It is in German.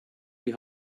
die